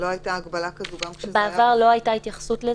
לא הייתה הגבלה כזו גם כשזה היה --- בעבר לא הייתה התייחסות לזה,